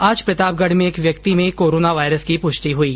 आज प्रतापगढ़ में एक व्यक्ति में कोरोना वायरस की पुष्टि हुई